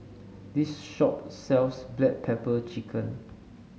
this shop sells Black Pepper Chicken